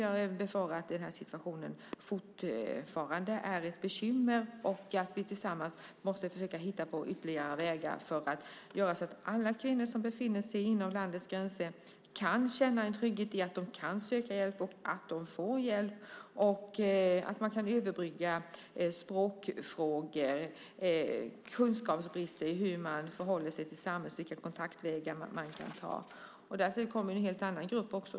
Jag befarar att situationen fortfarande är ett bekymmer. Vi måste tillsammans försöka hitta ytterligare vägar för att göra så att alla kvinnor som befinner sig inom landets gränser kan känna trygghet i att de kan söka och få hjälp. Man måste kunna överbrygga språkklyftor och kunskapsbrister i hur man förhåller sig till samhället och vilka kontaktvägar man kan ta. Därtill kommer också en helt annan grupp.